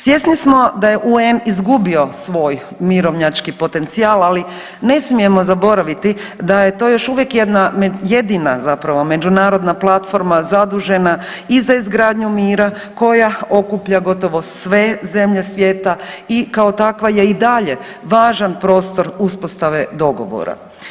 Svjesni smo da je UN izgubio svoj mirovnjački potencijal, ali ne smijemo zaboraviti da je to još uvijek jedna, jedina zapravo međunarodna platforma zadužena i za izgradnju mira koja okuplja gotovo sve zemlje svijeta i kao takva je i dalje važan prostor uspostave dogovora.